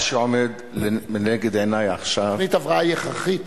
מה שעומד לנגד עיני עכשיו --- תוכנית הבראה היא הכרחית.